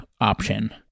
option